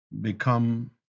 become